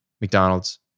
McDonald's